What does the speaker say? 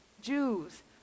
Jews